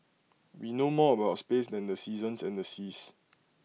we know more about space than the seasons and the seas